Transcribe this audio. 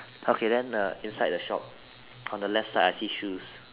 okay then the inside the shop on the left side I see shoes